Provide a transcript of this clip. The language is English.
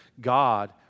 God